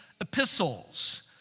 epistles